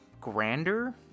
Grander